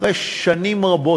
אחרי שנים רבות,